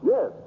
Yes